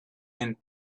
and